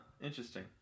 Interesting